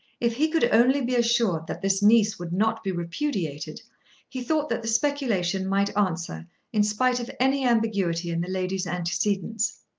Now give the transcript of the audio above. if he could only be assured that this niece would not be repudiated he thought that the speculation might answer in spite of any ambiguity in the lady's antecedents.